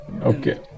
okay